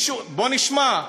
בואו נשמע.